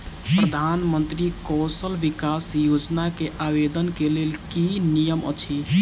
प्रधानमंत्री कौशल विकास योजना केँ आवेदन केँ लेल की नियम अछि?